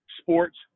sports